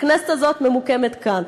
הכנסת הזאת ממוקמת כאן.